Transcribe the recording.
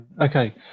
okay